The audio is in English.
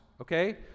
Okay